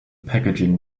packaging